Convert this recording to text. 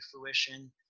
fruition